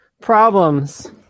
problems